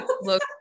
Look